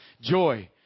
Joy